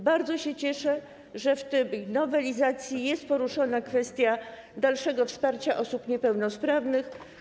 Bardzo się cieszę, że w tej nowelizacji jest poruszona kwestia dalszego wsparcia osób niepełnosprawnych.